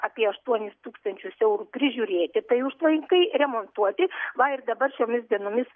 apie aštuonis tūkstančius eurų prižiūrėti tai užtvankai remontuoti va ir dabar šiomis dienomis